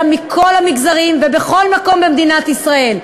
מכל המגזרים ובכל מקום במדינת ישראל,